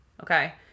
Okay